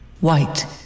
White